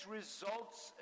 results